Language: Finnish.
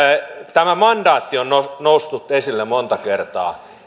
tämä mandaatti on noussut esille monta kertaa